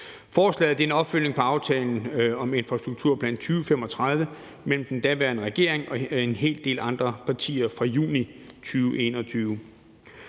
Forslaget er en opfølgning på aftalen fra juni 2021 om infrastrukturplan 2035 mellem den daværende regering og en hel del andre partier. Fabrikken